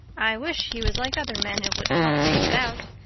i wish he was like other men and would talk things out.